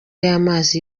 y’amazi